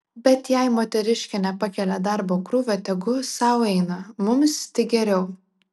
bet jei moteriškė nepakelia darbo krūvio tegu sau eina mums tik geriau